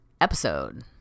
episode